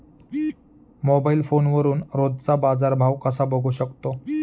Mobile फोनवरून रोजचा बाजारभाव कसा बघू शकतो?